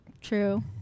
True